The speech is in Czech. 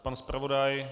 Pan zpravodaj?